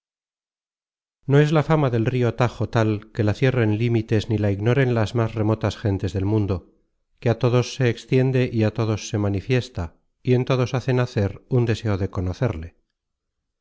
no es la fama del rio tajo tal que la cierren límites ni la ignoren las más remotas gentes del mundo que a todos se extiende y á todos se manifiesta y en todos hace nacer un deseo de conocerle